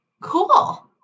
Cool